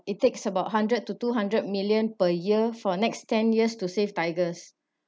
it takes about hundred to two hundred million per year for next ten years to save tigers